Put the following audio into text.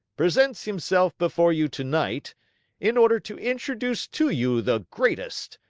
presents himself before you tonight in order to introduce to you the greatest,